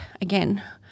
again